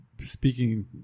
speaking